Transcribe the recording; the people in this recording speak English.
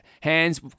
hands